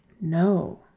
No